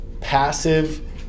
passive